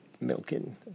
milking